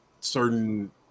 certain